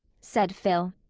said phil,